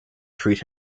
treat